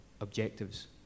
objectives